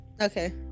Okay